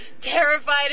terrified